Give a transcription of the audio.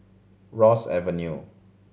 Ross Avenue